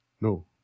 No